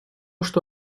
что